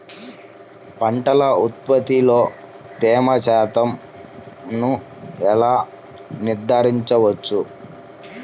పంటల ఉత్పత్తిలో తేమ శాతంను ఎలా నిర్ధారించవచ్చు?